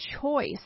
choice